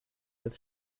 als